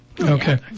Okay